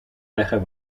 leggen